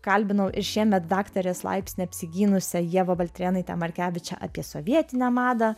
kalbinau ir šiemet daktarės laipsnį apsigynusią ievą baltrėnaitę markevičę apie sovietinę madą